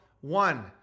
One